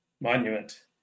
monument